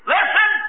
Listen